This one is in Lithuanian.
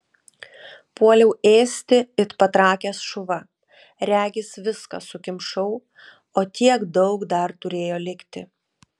puoliau ėsti it patrakęs šuva regis viską sukimšau o tiek daug dar turėjo likti